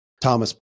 thomas